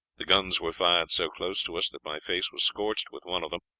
the guns were fired so close to us that my face was scorched with one of them,